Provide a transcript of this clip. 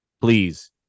please